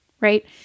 right